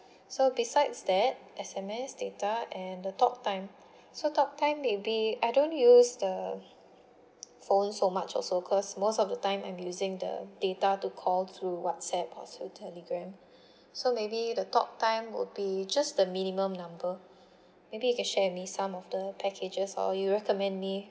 so besides that S_M_S data and the talk time so talk time maybe I don't use the phone so much also because most of the time I'm using the data to call through WhatsApp also Telegram so maybe the talk time will be just the minimum number maybe you can share with me some of the packages or you recommend me